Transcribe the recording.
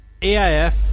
AIF